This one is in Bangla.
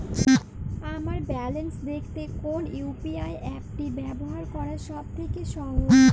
আমার ব্যালান্স দেখতে কোন ইউ.পি.আই অ্যাপটি ব্যবহার করা সব থেকে সহজ?